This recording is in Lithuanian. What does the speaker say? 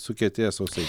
sukietėja sausainiai